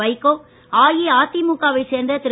வைகோ அஇஅதிமுகவை சேர்ந்த திரு